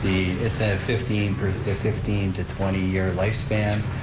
the, it's a fifteen fifteen to twenty year lifespan,